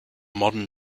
modern